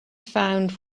found